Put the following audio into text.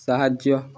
ସାହାଯ୍ୟ